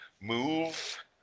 move